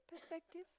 perspective